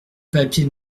papier